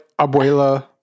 Abuela